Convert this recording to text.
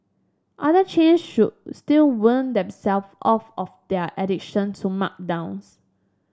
other chains should still wean themself off of their addiction to markdowns